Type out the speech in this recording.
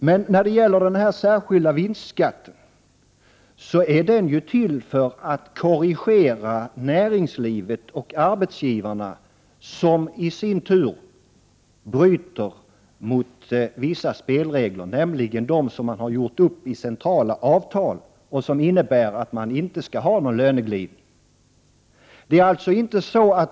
Men den särskilda vinstskatten är ju till för att korrigera näringslivet och arbetsgivarnas beteende, vilka på sätt och vis bryter mot vissa spelregler, nämligen de spelregler som har upprättats i centrala avtal och som innebär att man inte skall ha någon löneglidning.